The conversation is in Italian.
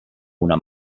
una